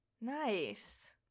Nice